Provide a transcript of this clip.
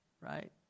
right